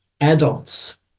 adults